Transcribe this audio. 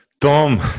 Tom